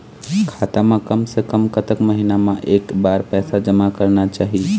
खाता मा कम से कम कतक महीना मा एक बार पैसा जमा करना चाही?